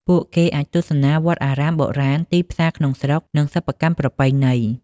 ពួកគេអាចទស្សនាវត្តអារាមបុរាណ ទីផ្សារក្នុងស្រុក និងសិប្បកម្មប្រពៃណី។